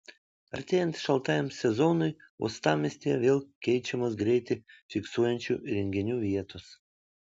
artėjant šaltajam sezonui uostamiestyje vėl keičiamos greitį fiksuojančių įrenginių vietos